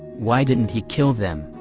why didn't he kill them,